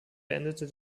beendete